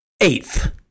Eighth